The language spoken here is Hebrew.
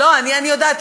אני יודעת,